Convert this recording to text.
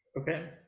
Okay